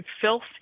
filth